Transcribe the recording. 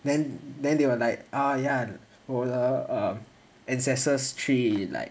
then then they were like orh ya 我的 ancestors 去 like